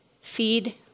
Feed